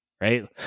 Right